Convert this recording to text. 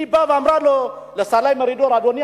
היא אמרה לסלי מרידור: אדוני,